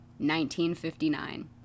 1959